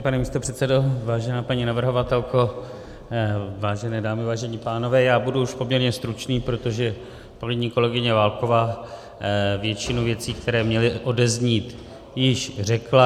Vážený pane místopředsedo, vážená paní navrhovatelko, vážené dámy, vážení pánové, budu už poměrně stručný, protože kolegyně Válková většinu věcí, které měly odeznít, již řekla.